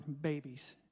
babies